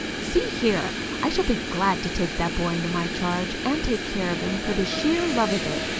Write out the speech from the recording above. see here, i shall be glad to take that boy into my charge and take care of him for the sheer love of it